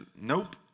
nope